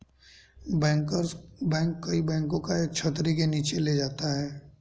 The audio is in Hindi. बैंकर्स बैंक कई बैंकों को एक छतरी के नीचे ले जाता है